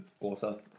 author